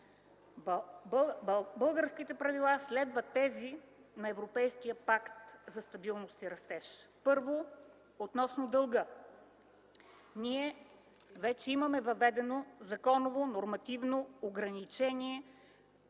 Българските правила следват тези на Европейския пакт за стабилност и растеж. Първо, относно дълга, ние вече имаме въведена законово нормативно ограничение